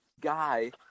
guy